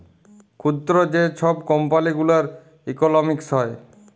ক্ষুদ্র যে ছব কম্পালি গুলার ইকলমিক্স হ্যয়